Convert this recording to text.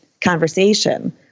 conversation